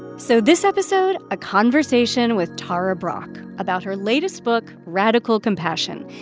so this episode, a conversation with tara brach about her latest book, radical compassion.